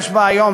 יש בה היום,